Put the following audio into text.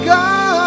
God